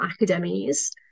academies